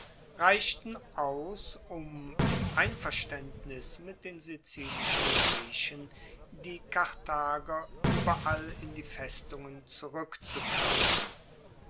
reichten aus um im einverstaendnis mit den sizilischen griechen die karthager ueberall in die festungen zurueckzutreiben